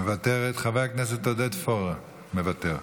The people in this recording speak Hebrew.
מוותרת, חבר הכנסת עודד פורר, מוותר.